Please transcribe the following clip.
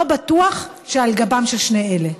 לא בטוח שעל גבם של שני אלה.